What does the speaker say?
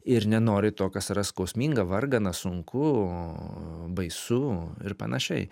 ir nenori to kas yra skausminga vargana sunku baisu ir panašiai